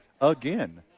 again